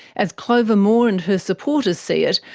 as clover moore and her supporters see it,